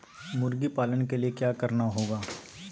मुर्गी पालन के लिए क्या करना होगा?